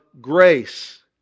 grace